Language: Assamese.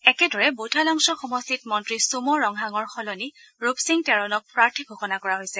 একেদৰে বৈঠালাংছ' সমষ্টিত মন্ত্ৰী ছুম' ৰংহাঙৰ সলনি ৰূপসিং তেৰণক প্ৰাৰ্থী ঘোষণা কৰা হৈছে